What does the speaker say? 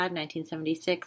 1976